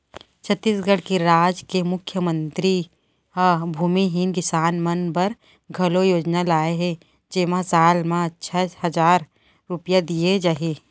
छत्तीसगढ़ राज के मुख्यमंतरी ह भूमिहीन किसान मन बर घलौ योजना लाए हे जेमा साल म छै हजार रूपिया दिये जाही